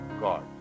God